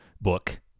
book